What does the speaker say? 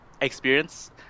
experience